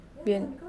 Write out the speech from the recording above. when